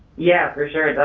yeah, for sure, it does.